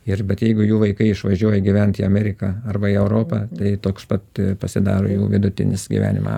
ir bet jeigu jų vaikai išvažiuoja gyvent į ameriką arba į europą tai toks pat pasidaro jau vidutinis gyvenimo